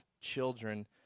children